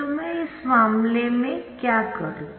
तो मैं इस मामले में क्या करूँ